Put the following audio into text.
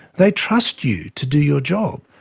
they trust you to do your job,